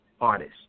artist